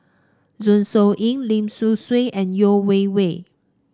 Zeng Shouyin Lim Sun Gee and Yeo Wei Wei